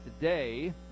today